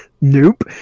nope